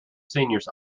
seniors